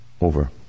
over